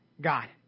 God